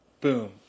boom